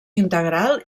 integral